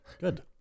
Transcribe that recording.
Good